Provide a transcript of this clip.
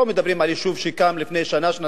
לא מדברים על יישוב שקם לפני שנה או שנתיים,